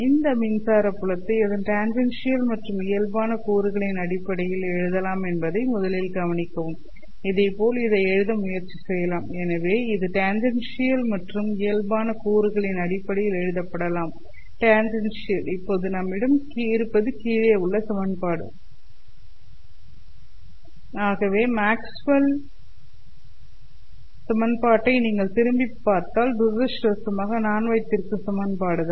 இந்த மின்சாரத் புலத்தை அதன் டேன்ஜெண்ஷியல் மற்றும் இயல்பான கூறுகளின் அடிப்படையில் எழுதலாம் என்பதை முதலில் கவனிக்கவும் இதேபோல் இதை எழுத முயற்சி செய்யலாம் எனவே இது டேன்ஜெண்ஷியல் மற்றும் இயல்பான கூறுகளின் அடிப்படையில் எழுதப்படலாம் டேன்ஜெண்ஷியல் இப்போது நம்மிடம் இருப்பது கீழே உள்ள சமன்பாடு ஆகவே மேக்ஸ்வெல் சமன்பாட்டை நீங்கள் திரும்பிப் பார்த்தால் துரதிர்ஷ்டவசமாக நான் வைத்திருக்கும் சமன்பாடு தான்